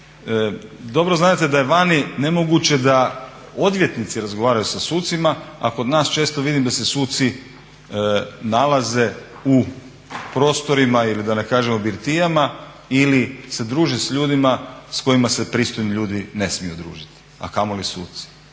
dobro znate da je vani nemoguće da odvjetnici razgovaraju sa sucima, a kod nas često vidim da se suci nalaze u prostorima ili da ne kažem u birtijama ili se druže s ljudima s kojima se pristojni ljudi ne smiju družiti, a kamoli suci